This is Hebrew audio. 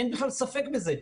אין בכלל ספק בזה.